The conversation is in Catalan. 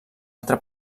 altra